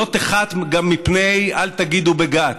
/ לא תיחת גם מפני 'אל תגידו בגת'...